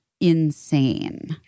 insane